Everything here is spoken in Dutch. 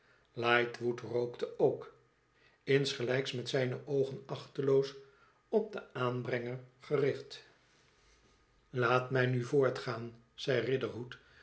ughtwood rookte ook ingelijks met zijne oogen achteloos op den aanbrenger gericht laat mij nu voortgaan zei